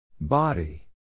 Body